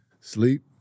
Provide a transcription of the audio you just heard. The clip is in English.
sleep